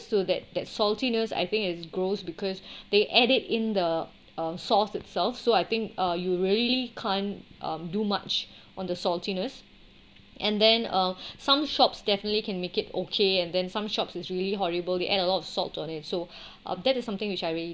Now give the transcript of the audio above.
so that that saltiness I think it's gross because they add it in the um sauce itself so I think uh you really can't um do much on the saltiness and then uh some shops definitely can make it okay and then some shops is really horrible they add a lot of salt on it so that is something which I really